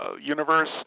universe